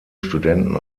studenten